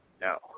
No